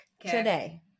today